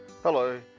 Hello